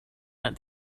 that